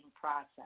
process